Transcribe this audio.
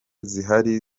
zihari